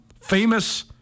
famous